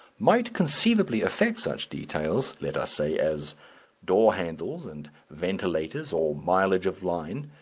might conceivably affect such details, let us say, as door-handles and ventilators or mileage of line,